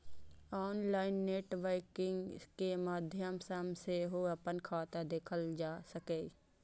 online net banking के माध्यम सं सेहो अपन खाता देखल जा सकैए